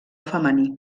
femení